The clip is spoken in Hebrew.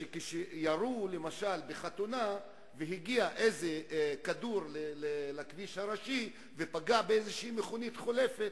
שכשירו למשל בחתונה והגיע כדור לכביש הראשי ופגע במכונית חולפת,